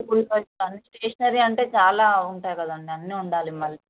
wholesale stationery అంటే చాలా ఉంటాయి కదండి అన్నీఉండాలి మళ్ళీ